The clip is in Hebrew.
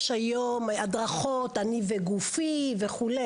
יש היום הדרכות, אני וגופי וכו'.